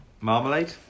Marmalade